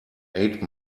eight